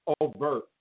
overt